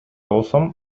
болсом